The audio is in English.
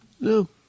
No